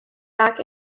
back